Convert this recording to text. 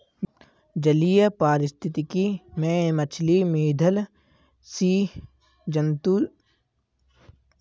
जलीय पारिस्थितिकी में मछली, मेधल स्सि जन्तु सूक्ष्म जलीय कीटों को खा जाते हैं